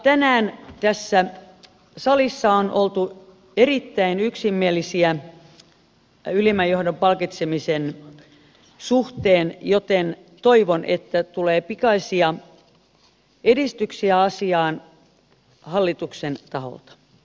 tänään tässä salissa on oltu erittäin yksimielisiä ylimmän johdon palkitsemisen suhteen joten toivon että tulee pikaisia edistyksiä asiaan hallituksen taholta